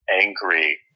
angry